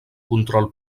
control